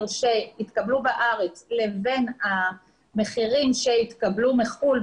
שהתקבלו בארץ לבין המחירים שהתקבלו מחוץ לארץ,